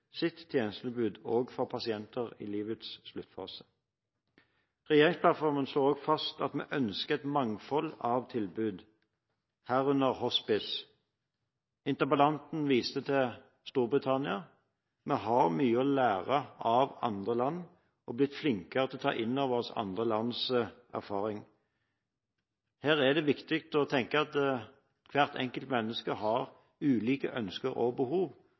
sitt tjenestetilbud også til pasienter i livets sluttfase. Regjeringsplattformen slår fast at vi ønsker et mangfold av tilbud, herunder hospice. Interpellanten viste til Storbritannia. Vi har mye å lære av andre land, og vi må bli flinkere til å ta inn over oss andre lands erfaringer. Her er det viktig å tenke at hvert enkelt menneske har ulike ønsker og behov.